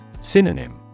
Synonym